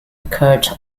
occurred